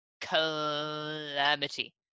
calamity